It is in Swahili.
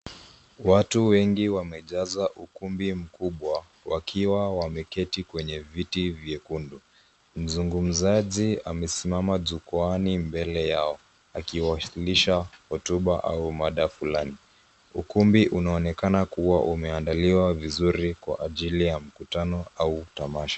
Watu wengi wamejaa ukumbi mkubwa wakiwa wameketi kwenye viti vyekundu. Mzungumzaji amesimama jukwaani mbele yao akiwasilisha hotuba au mada fulani. Ukumbi unaonekana kuwa umeandaliwa vizuri kwa ajili ya mkutano au tamasha.